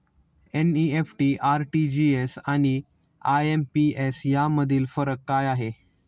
NEFT, RTGS आणि IMPS यामधील फरक काय आहे?